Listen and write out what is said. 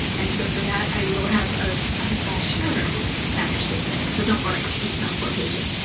and so for that i will have a shorter spanish statement. so don't worry, it's not four pages.